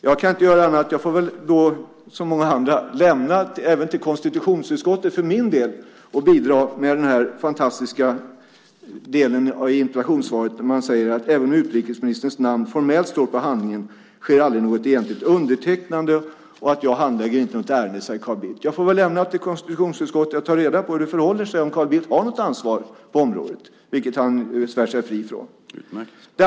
Jag kan inte göra annat än att som många andra även för min del till konstitutionsutskottet bidra med den här fantastiska delen av interpellationssvaret där man säger att "även om utrikesministerns namn formellt står på handlingen sker aldrig något egentligt undertecknande". Jag handlägger inte något ärende, säger Carl Bildt. Jag får väl lämna åt konstitutionsutskottet att ta reda på hur det förhåller sig, om Carl Bildt har något ansvar på området, vilket han svär sig fri från.